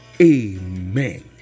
Amen